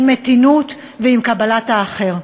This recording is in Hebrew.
עם מתינות ועם קבלת האחר.